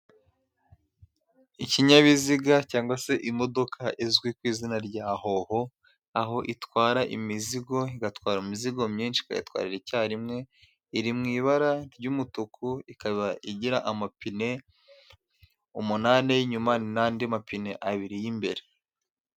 Kkinyabiziga cyangwa se imodoka izwi ku izina rya hoho, aho itwara imizigo, igatwara imizigo myinshi, ikayitwarira icyarimwe, iri mw'i ibara ry'umutuku, ikaba igira amapine umunani y'inyuma n'andi mapine abiri y'imbere.